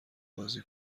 بازی